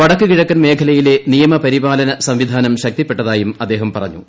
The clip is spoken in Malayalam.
വടക്കു കിഴക്കൻ മേഖലയിലെ നിയമ പരിപാലന സംവിധാനം ശക്തിപ്പെട്ടതായും അദ്ദേഹം പറഞ്ഞു